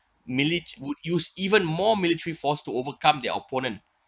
milli~ would use even more military force to overcome their opponent